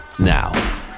Now